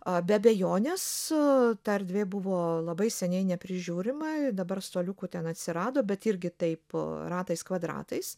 a be abejonės ta erdvė buvo labai seniai neprižiūrima ir dabar suoliukų ten atsirado bet irgi taip ratais kvadratais